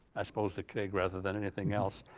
i suppose the cake, rather than anything else.